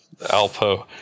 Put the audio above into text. Alpo